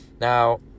Now